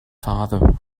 father